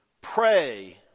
Pray